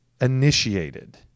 Initiated